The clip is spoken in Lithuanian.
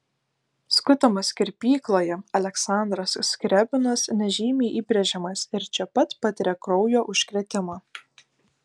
skutamas kirpykloje aleksandras skriabinas nežymiai įbrėžiamas ir čia pat patiria kraujo užkrėtimą